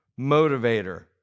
motivator